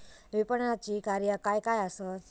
विपणनाची कार्या काय काय आसत?